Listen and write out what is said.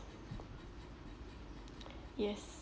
yes